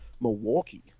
milwaukee